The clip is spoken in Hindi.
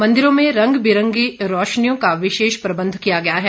मंदिरों में रंग बिरंगी रौशनियों का विशेष प्रबंध किया गया है